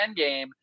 Endgame